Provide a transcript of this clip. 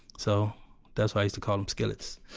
so that's why i used to call them skillets,